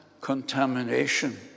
contamination